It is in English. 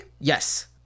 yes